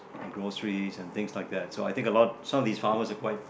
groceries and things like that so I think about some of these farmers are quite